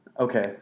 Okay